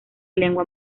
lengua